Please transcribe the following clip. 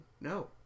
no